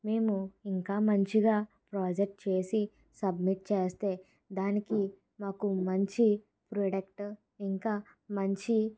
మేము ఇంకా మంచిగా ప్రాజెక్ట్ చేసి సబ్మిట్ చేస్తే దానికి మాకు మంచి ప్రొడ ఇంకా మంచి